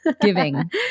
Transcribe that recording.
giving